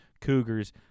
Cougars